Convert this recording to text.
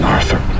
Arthur